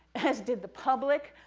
as did the public,